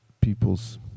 people's